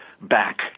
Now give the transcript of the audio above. back